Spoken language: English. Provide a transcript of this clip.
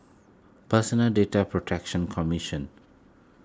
Personal Data Protection Commission